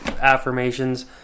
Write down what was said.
affirmations